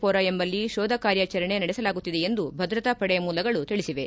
ಪೋರಾ ಎಂಬಲ್ಲಿ ಶೋಧ ಕಾರ್ಯಾಚರಣೆ ನಡೆಸಲಾಗುತ್ತಿದೆ ಎಂದು ಭದ್ರತೆ ಪಡೆ ಮೂಲಗಳು ತಿಳಿಸಿವೆ